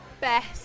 best